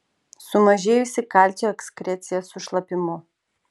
sumažėjusi kalcio ekskrecija su šlapimu